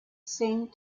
seemed